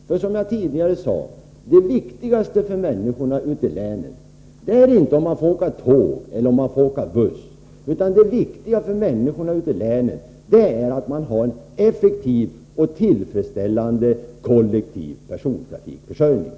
För, som jag tidigare sade, det viktigaste för människorna ute i länen är inte om man får åka tåg eller buss, utan det viktiga för människorna ute i länen är att man har en effektiv och tillfredsställande kollektiv persontrafikförsörjning.